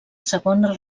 segona